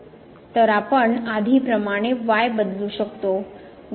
तर आपण आधी प्रमाणे y बदलू शकतो y